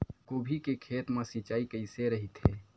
गोभी के खेत मा सिंचाई कइसे रहिथे?